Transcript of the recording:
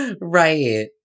Right